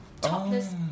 Topless